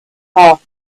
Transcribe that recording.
half